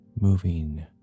moving